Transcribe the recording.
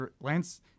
Lance